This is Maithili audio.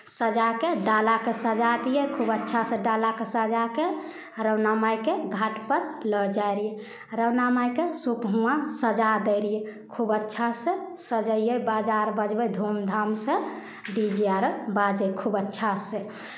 सजा कऽ डालाकेँ सजा दियै खूब अच्छासँ डालाकेँ सजा कऽ राना माइके घाटपर लऽ जाइ रहियै राना माइके सूप हुआँ सजा दै रहियै खूब अच्छासँ सजैयै बाजा आर बजबै धूमधामसँ डी जे आर बाजै खूब अच्छासँ